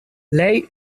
lei